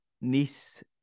Nice